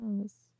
Yes